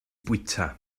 bwyta